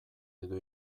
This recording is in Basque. edo